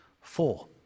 Four